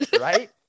Right